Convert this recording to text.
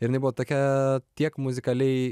ir jinai buvo tokia tiek muzikaliai